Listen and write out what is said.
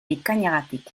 bikainagatik